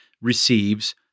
receives